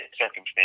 circumstance